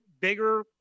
bigger